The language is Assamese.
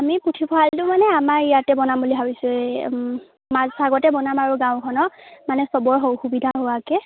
আমি পুথিভঁৰালটো মানে আমাৰ ইয়াতে বনাম বুলি ভাবিছে এই মাজ ভাগতে বনাম আৰু গাঁওখনৰ মানে চবৰে সুবিধা হোৱাকৈ